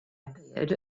appeared